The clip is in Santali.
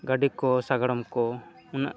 ᱜᱟᱹᱰᱤ ᱠᱚ ᱥᱟᱸᱜᱟᱲᱚᱢ ᱠᱚ ᱩᱱᱟᱹᱜ